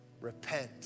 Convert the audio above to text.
Repent